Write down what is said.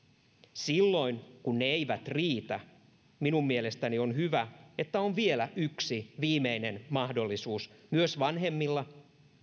silloin kun ne eivät riitä minun mielestäni on hyvä että on vielä yksi viimeinen mahdollisuus myös vanhemmilla